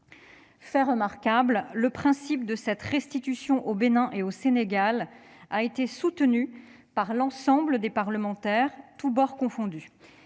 Fait remarquable, le principe de cette restitution au Bénin et au Sénégal a été soutenu par l'ensemble des parlementaires, tous bords confondus.,